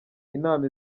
inama